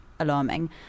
alarming